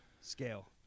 scale